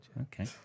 Okay